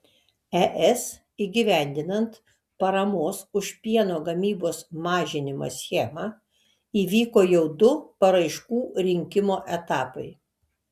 es įgyvendinant paramos už pieno gamybos mažinimą schemą įvyko jau du paraiškų rinkimo etapai